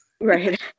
right